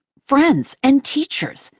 friends, and teachers,